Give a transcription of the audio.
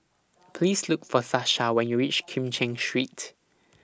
Please Look For Sasha when YOU REACH Kim Cheng Street